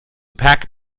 pack